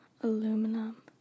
Aluminum